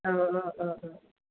औ औ औ